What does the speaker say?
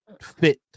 fit